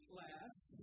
last